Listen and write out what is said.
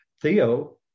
Theo